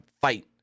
fight